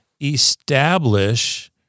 establish